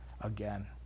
again